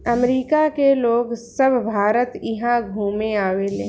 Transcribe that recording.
अमरिका के लोग सभ भारत इहा घुमे आवेले